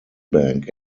bank